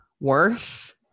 worth